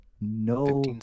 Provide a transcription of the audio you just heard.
no